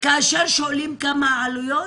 כאשר שואלים על עלויות,